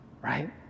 right